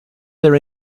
their